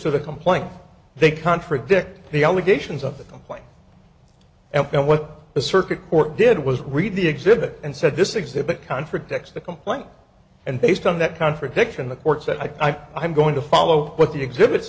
the complaint they contradict the allegations of the complaint and what the circuit court did was read the exhibit and said this exhibit contradicts the complaint and based on that contradiction the court's that i'm going to follow what the exhibit